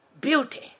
beauty